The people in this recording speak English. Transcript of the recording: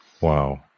wow